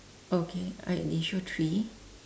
oh okay I they show three